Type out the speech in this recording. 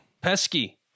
Pesky